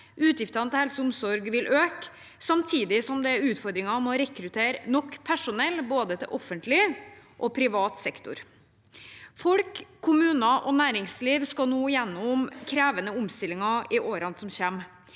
utgiftene til helse og omsorg vil øke, samtidig som det er utfordringer med å rekruttere nok personell til både offentlig og privat sektor. Folk, kommuner og næringsliv skal gjennom krevende omstillinger i årene som kommer.